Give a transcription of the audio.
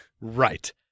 Right